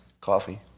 coffee